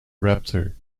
raptor